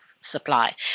supply